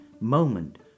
moment